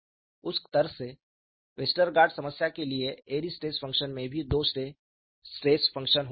उस तर्क से वेस्टरगार्ड समस्या के लिए एयरी स्ट्रेस फंक्शन में भी दो स्ट्रेस फंक्शन होने चाहिए